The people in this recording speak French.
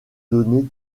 données